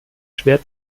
schwer